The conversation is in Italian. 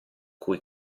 cui